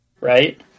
right